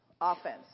Offense